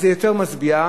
זה יותר משביע.